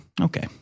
okay